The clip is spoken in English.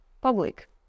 public